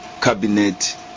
cabinet